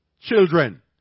children